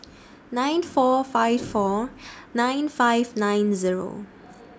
nine four five four nine five nine Zero